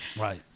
right